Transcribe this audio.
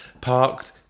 parked